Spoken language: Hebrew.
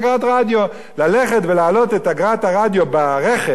ללכת ולהעלות את אגרת הרדיו ברכב כדי לממן